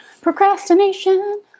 Procrastination